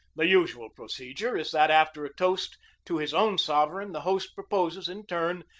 the usual procedure is that, after a toast to his own sovereign, the host proposes, in turn,